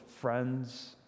friends